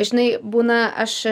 žinai būna aš